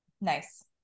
nice